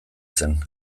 zen